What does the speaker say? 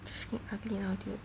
fucking ugly lah dude